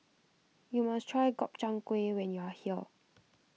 you must try Gobchang Gui when you are here